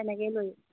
তেনেকৈয়ে লৈ